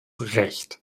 recht